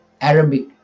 Arabic